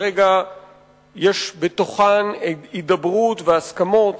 שכרגע יש בתוכן הידברות והסכמות